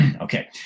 Okay